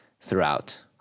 throughout